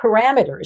parameters